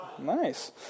Nice